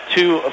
two